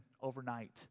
overnight